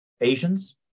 Asians